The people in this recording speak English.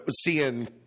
seeing –